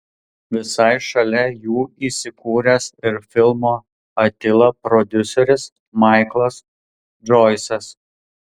visai šalia jų įsikūręs ir filmo atila prodiuseris maiklas džoisas